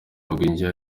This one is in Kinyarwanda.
bagwingiye